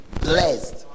Blessed